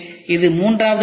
இது மூன்றாவது அடுக்கு